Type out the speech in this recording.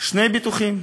שני ביטוחים: